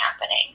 happening